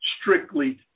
strictly